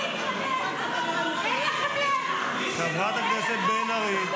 מה זאת ההתנהגות הזאת --- חברת הכנסת בן ארי,